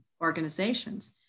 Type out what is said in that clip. organizations